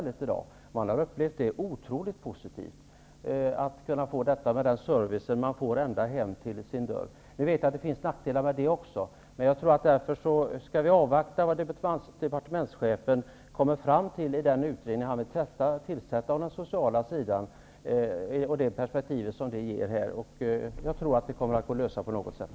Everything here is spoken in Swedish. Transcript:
Detta har upplevts som oerhört positivt med den service man kan få ända hem till sin dörr. Det finns nackdelar med det också. Jag tror därför att vi bör avvakta vad man kommer fram till i den utredning som departementschefen vill tillsätta om den sociala sidan. Jag tror att det kommer att kunna lösas på något sätt.